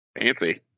Fancy